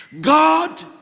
God